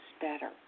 better